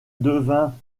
devint